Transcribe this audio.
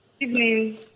Evening